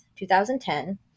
2010